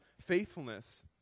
faithfulness